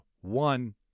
one